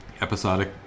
episodic